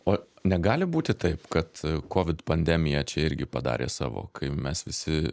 o negali būti taip kad kovid pandemija čia irgi padarė savo kai mes visi